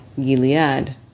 Gilead